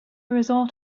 result